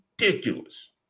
ridiculous